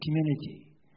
community